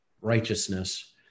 righteousness